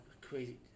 crazy